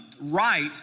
right